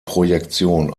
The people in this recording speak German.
projektion